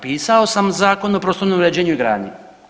Pisao sam Zakon o prostornom uređenju i gradnji.